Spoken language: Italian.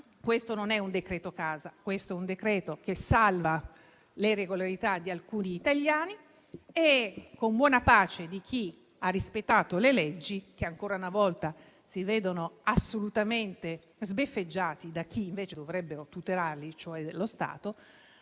Questo non è un decreto casa, questo è un decreto che salva le irregolarità di alcuni italiani, con buona pace di chi ha rispettato le leggi che ancora una volta si vede assolutamente sbeffeggiato da chi invece dovrebbe tutelarlo, cioè lo Stato.